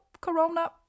Corona